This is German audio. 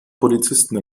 polizisten